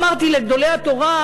אמרתי לגדולי התורה,